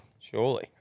Surely